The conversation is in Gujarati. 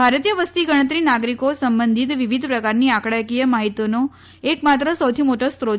ભારતીય વસ્તી ગણતરી નાગરિકો સંબંધિત વિવિધ પ્રકારની આંકડાકીય માહિતીનો એકમાત્ર સૌથી મોટો સ્રોત છે